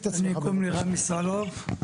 קוראים לי רמי סלהוב.